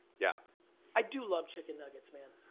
yeah i do love chicken nuggets, man.